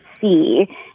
see